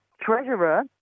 treasurer